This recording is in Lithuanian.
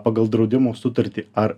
pagal draudimo sutartį ar